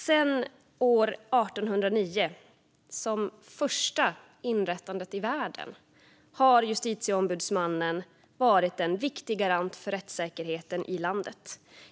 Sedan år 1809 har Justitieombudsmannen - först att inrättas i världen - varit en viktig garant för rättssäkerheten i landet.